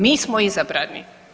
Mi smo izabrani.